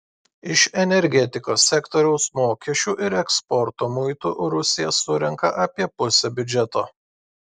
iš energetikos sektoriaus mokesčių ir eksporto muitų rusija surenka apie pusę biudžeto